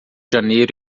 janeiro